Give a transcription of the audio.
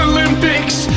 Olympics